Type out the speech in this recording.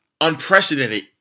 Unprecedented